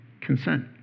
consent